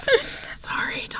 Sorry